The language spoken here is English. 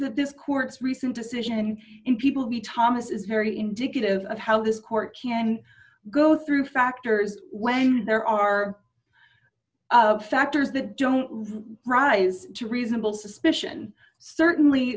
that this court's recent decision in people be thomas is very indicative of how this court can go through factors when there are factors that don't rise to reasonable suspicion certainly